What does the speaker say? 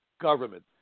government